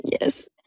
Yes